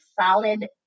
solid